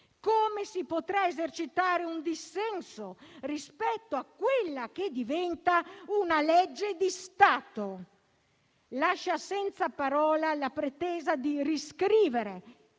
Come si potrà esercitare un dissenso rispetto a quella che diventa una legge di Stato? Lascia senza parola la pretesa di riscrivere,